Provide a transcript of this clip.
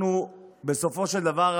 בסופו של דבר,